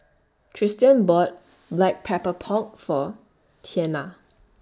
Tristian bought Black Pepper Pork For Tianna